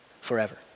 forever